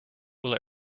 will